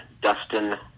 Dustin